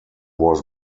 was